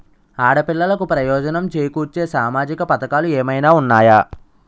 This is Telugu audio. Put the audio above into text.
ఆడపిల్లలకు ప్రయోజనం చేకూర్చే సామాజిక పథకాలు ఏమైనా ఉన్నాయా?